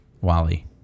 Wally